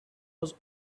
was